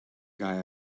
guy